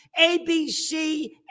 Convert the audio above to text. ABC